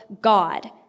God